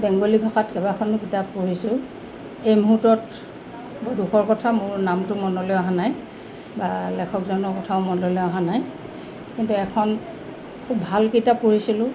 বেংগলী ভাষাত কেইবাখনো কিতাপ পঢ়িছোঁ এই মুহূৰ্তত বৰ দুখৰ কথা মোৰ নামটো মনলৈ অহা নাই বা লিখকজনৰ কথাও মনলৈ অহা নাই কিন্তু এখন খুব ভাল কিতাপ পঢ়িছিলোঁ